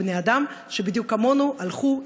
בני-אדם שבדיוק כמונו הלכו,